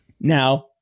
Now